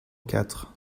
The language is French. quatre